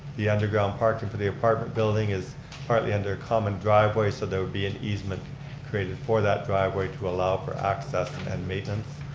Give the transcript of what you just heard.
the underground parking for the apartment building is partly under a common driveway, so there would be an easement created for that driveway to allow for access and maintenance.